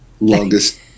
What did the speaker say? Longest